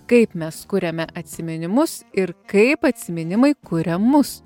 kaip mes kuriame atsiminimus ir kaip atsiminimai kuria mus